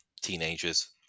teenagers